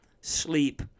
sleep